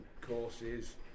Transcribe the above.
courses